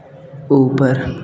ऊपर